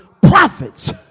prophets